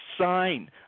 sign